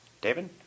David